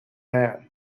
man